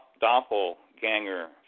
Doppelganger